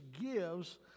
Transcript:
gives